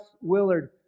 Willard